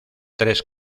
tres